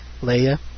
Leia